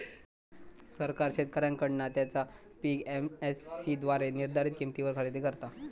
सरकार शेतकऱ्यांकडना त्यांचा पीक एम.एस.सी द्वारे निर्धारीत किंमतीवर खरेदी करता